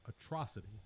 atrocity